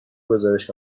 گزارش